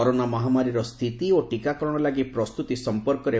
corona ମହାମାରୀର ସ୍ଥିତି ଓ ଟିକାକରଣ ଲାଗି ପ୍ରସ୍ତୁତି ସମ୍ପର୍କରେ